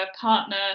partner